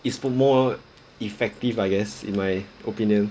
is for more effective I guess in my opinion